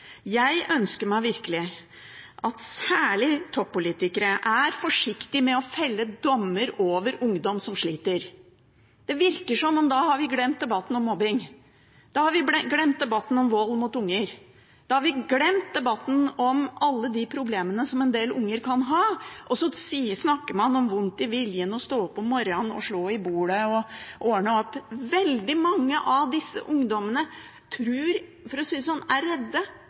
Jeg ønsker meg virkelig at særlig toppolitikere er forsiktige med å felle dommer over ungdom som sliter. Da virker det som om vi har glemt debatten om mobbing. Da har vi glemt debatten om vold mot unger. Da har vi glemt debatten om alle de problemene som en del unger kan ha, og så snakker man om vondt i viljen og stå opp om morra’n og slå i bordet og ordne opp. Veldig mange av disse ungdommene tror jeg er redde,